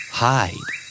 hide